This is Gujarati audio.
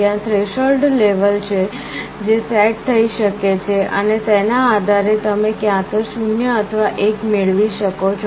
ત્યાં થ્રેશોલ્ડ લેવલ છે જે સેટ થઈ શકે છે અને તેના આધારે તમે ક્યાં તો 0 અથવા 1 મેળવી શકો છો